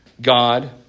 God